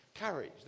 courage